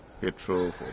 petrol